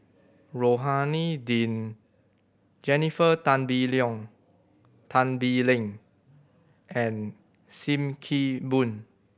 Rohani Din Jennifer Tan Bee Tan Bee Leng and Sim Kee Boon